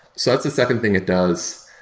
so that's the second thing it does.